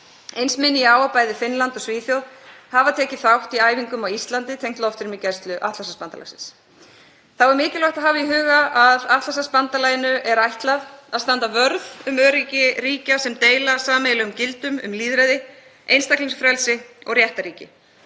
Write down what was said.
Eins minni ég á að bæði Finnland og Svíþjóð hafa tekið þátt í æfingum á Íslandi tengdum loftrýmisgæslu Atlantshafsbandalagsins. Þá er mikilvægt að hafa í huga að Atlantshafsbandalaginu er ætlað að standa vörð um öryggi ríkja sem deila sameiginlegum gildum um lýðræði, einstaklingsfrelsi og réttarríki.